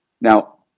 Now